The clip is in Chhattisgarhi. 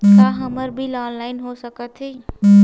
का हमर बिल ऑनलाइन हो सकत हे?